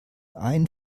ein